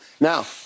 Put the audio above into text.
Now